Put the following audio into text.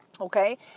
Okay